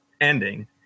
ending